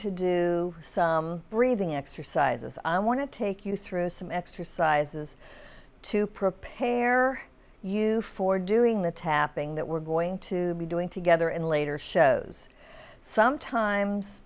to do some breathing exercises i want to take you through some exercises to prepare you for doing the tapping that we're going to be doing together in later shows sometimes